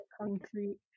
concrete